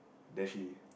that she